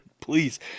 Please